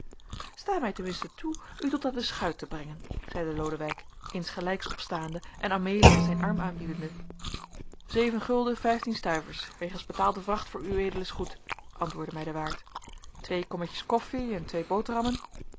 sta mij ten minste toe u tot aan de schuit te brengen zeide lodewijk insgelijks opstaande en amelia zijn arm aanbiedende zeven gulden vijftien stuivers wegens betaalde vracht voor ueds goed antwoordde mij de waard twee kommetjes koffie en twee boterhammen